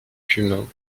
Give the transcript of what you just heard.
cumin